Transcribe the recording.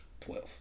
Twelve